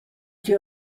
die